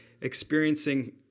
experiencing